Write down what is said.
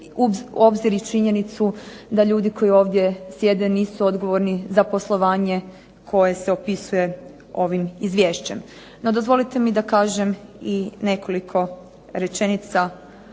obzir i činjenicu da ljudi koji ovdje sjede nisu odgovorni za poslovanje koje se opisuje ovim izvješćem. No dozvolite mi da kažem i nekoliko rečenica